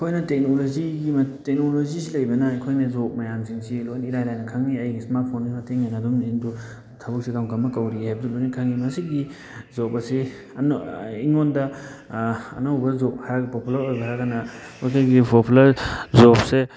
ꯑꯩꯈꯣꯏꯅ ꯇꯦꯛꯅꯣꯂꯣꯖꯤꯒꯤ ꯇꯦꯛꯅꯣꯂꯣꯖꯤꯁꯤ ꯂꯩꯕꯅ ꯑꯩꯈꯣꯏꯅ ꯖꯣꯕ ꯃꯌꯥꯝꯁꯤꯡꯁꯤ ꯂꯣꯏꯅ ꯏꯔꯥꯏ ꯂꯥꯏꯅ ꯈꯪꯉꯤ ꯑꯩꯒꯤ ꯏꯁꯃꯥꯔꯠ ꯐꯣꯟꯁꯤꯒꯤ ꯃꯇꯦꯡꯁꯤꯅ ꯑꯗꯨꯝ ꯊꯕꯛꯁꯤ ꯀꯔꯝ ꯀꯔꯝꯕ ꯀꯧꯔꯤꯒꯦ ꯍꯥꯏꯕꯁꯨ ꯂꯣꯏ ꯈꯪꯉꯤ ꯃꯁꯤꯒꯤ ꯖꯣꯕ ꯑꯁꯤ ꯑꯩꯉꯣꯟꯗ ꯑꯅꯧꯕ ꯖꯣꯕ ꯍꯥꯏꯕꯗꯤ ꯄꯣꯄꯨꯂꯔ ꯑꯣꯏꯕ ꯍꯥꯏꯔꯒꯅ ꯑꯩꯈꯣꯏꯒꯤ ꯄꯣꯄꯨꯂꯔ ꯖꯣꯕꯁꯦ